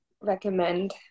recommend